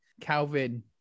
Calvin